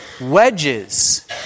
wedges